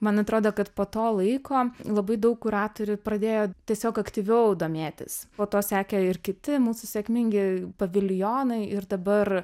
man atrodo kad po to laiko labai daug kuratorių pradėjo tiesiog aktyviau domėtis po to sekė ir kiti mūsų sėkmingi paviljonai ir dabar